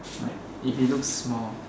like it it looks small